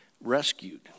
rescued